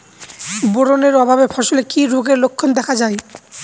Boron এর অভাবে ফসলে কি রোগের লক্ষণ দেখা যায়?